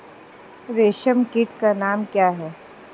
रेशम कीट का नाम क्या है?